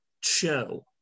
show